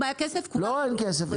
אם היה כסף --- לא אין כסף.